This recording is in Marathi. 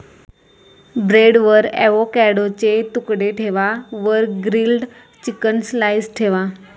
ब्रेडवर एवोकॅडोचे तुकडे ठेवा वर ग्रील्ड चिकन स्लाइस ठेवा